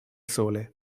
sole